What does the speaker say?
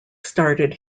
started